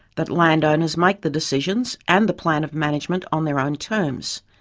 that landowners make the decisions and the plan of management on their own terms.